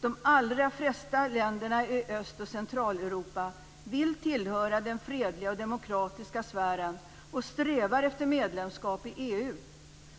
De allra flesta länderna i Öst och Centraleuropa vill tillhöra den fredliga och demokratiska sfären och strävar efter medlemskap i EU.